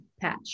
patch